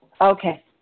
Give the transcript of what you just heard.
Okay